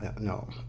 no